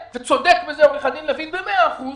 וצודק בזה עורך הדין לוין במאה אחוזים,